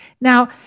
Now